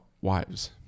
wives